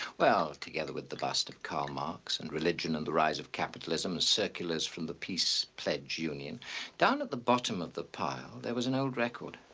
well together with the bust of karl marx and religion and the rise of capitalism circulars from the peace pledge union down at the bottom of the pile there was an old record.